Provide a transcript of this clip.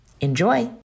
Enjoy